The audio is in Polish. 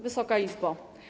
Wysoka Izbo!